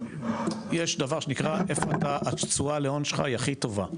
יש דבר שנקרא איפה התשואה להון שלך הכי טובה.